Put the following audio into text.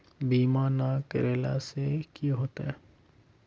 बीमा ना करेला से की होते?